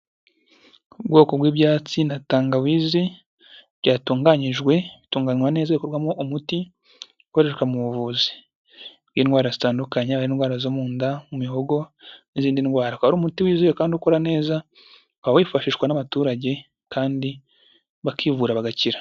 Ubwoko bw'ibyatsi na tangawizi byatunganyijwe bitunganywa neza bikorwamo umuti ukoreshwa mu buvuzi bw'indwara zitandukanye, indwara zo mu nda, mu mihogo n'izindi ndwara, ukaba ari umuti wizewe kandi ukora neza ukaba wifashishwa n'abaturage kandi bakivura bagakira.